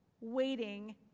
waiting